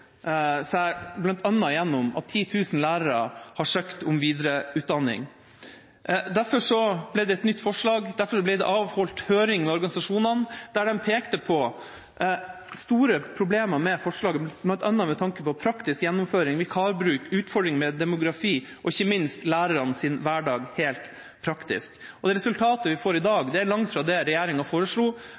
gjennom at 10 000 lærere har søkt om videreutdanning. Derfor ble det et nytt forslag, og derfor ble det avholdt høring med organisasjonene, der de pekte på store problemer med forslaget, bl.a. med tanke på praktisk gjennomføring, vikarbruk, utfordringer med demografi og ikke minst lærernes hverdag helt praktisk. Det resultatet vi får i dag, er langt fra det regjeringa foreslo.